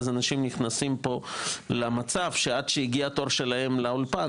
אנשים נכנסים פה למצב שעד שהגיע התור שלהם לאולפן,